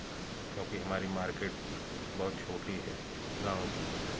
क्योंकि हमारी मार्केट बहुत छोटी है गाँव की है